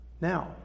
Now